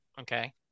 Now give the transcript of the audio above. Okay